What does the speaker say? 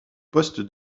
poste